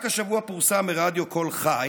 רק השבוע פורסם ברדיו "קול חי"